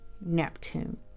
Neptune